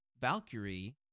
Valkyrie